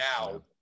now